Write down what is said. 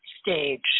stage